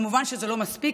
מובן שזה לא מספיק,